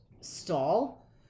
stall